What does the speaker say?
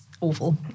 awful